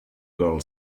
girl